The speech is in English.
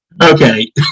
Okay